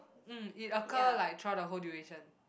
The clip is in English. mm it occur like throughout the whole duration